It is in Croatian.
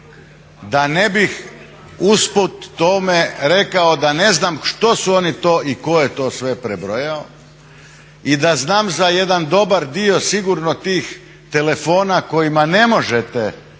Da ne bih usput tome rekao da ne znam što su oni to i ko je to sve prebrojao, i da znam za jedan dobar dio sigurno tih telefona kojima ne možete ostvariti